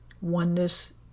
Oneness